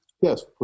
yes